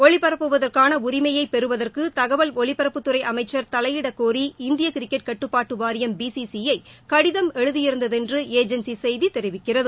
ஒளிபரப்புவதற்கான உரிமையை பெறுவதற்கு தகவல் ஒலிபரப்பு துறை அமைச்சர் தலையிட கோரி இந்திய கிரிக்கெட் கட்டுபாட்டுப்வாரியம் பிசிசிஐ கடிதம் எழுதியிருந்ததென்று ஏஜென்சி செய்தி தெரிவிக்கிறது